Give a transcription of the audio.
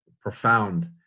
profound